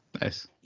Nice